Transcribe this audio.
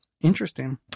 Interesting